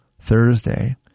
Thursday